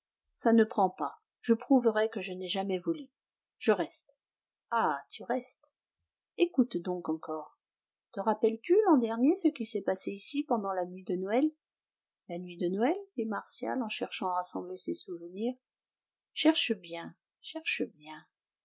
ça ne prend pas je prouverai que je n'ai jamais volé je reste ah tu restes écoute donc encore te rappelles-tu l'an dernier ce qui s'est passé ici pendant la nuit de noël la nuit de noël dit martial en cherchant à rassembler ses souvenirs cherche bien cherche bien